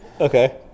Okay